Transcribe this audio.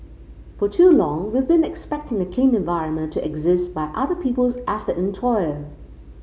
for too long we've been expecting a clean environment to exist by other people's effort and toil